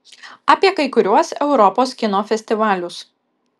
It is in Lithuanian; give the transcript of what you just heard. apie kai kuriuos europos kino festivalius